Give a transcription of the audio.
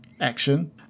action